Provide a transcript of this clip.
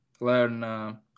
learn